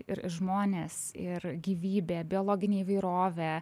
ir ir žmonės ir gyvybė biologinė įvairovė